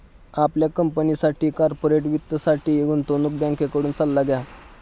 आपल्या कंपनीसाठी कॉर्पोरेट वित्तासाठी गुंतवणूक बँकेकडून सल्ला घ्या